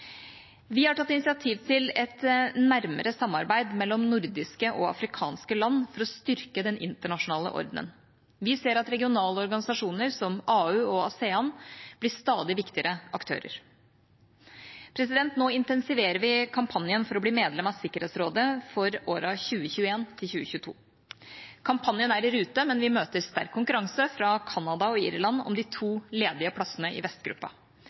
Vi har tatt initiativ til et nærmere samarbeid mellom nordiske og afrikanske land for å styrke den internasjonale ordenen. Vi ser at regionale organisasjoner som AU og ASEAN blir stadige viktigere aktører. Nå intensiverer vi kampanjen for å bli medlem av Sikkerhetsrådet for årene 2021–2022. Kampanjen er i rute, men vi møter sterk konkurranse fra Canada og Irland om de to ledige plassene i